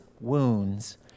wounds